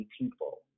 people